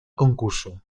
concurso